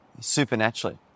supernaturally